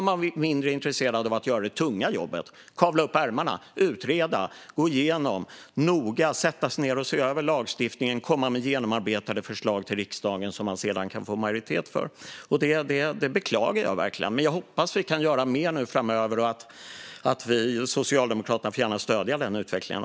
De var mindre intresserade av att göra det tunga jobbet, kavla upp ärmarna, utreda, gå igenom noga och sätta sig ned och se över lagstiftningen för att kunna komma med genomarbetade förslag till riksdagen som man sedan kan få majoritet för. Det beklagar jag verkligen. Jag hoppas att vi kan göra mer framöver. Socialdemokraterna får gärna stödja den utvecklingen.